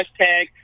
hashtag